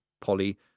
Polly